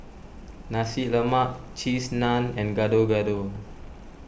Nasi Lemak Cheese Naan and Gado Gado